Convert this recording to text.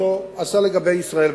עשה לגבי ישראל.